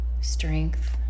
strength